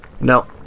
No